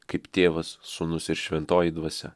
kaip tėvas sūnus ir šventoji dvasia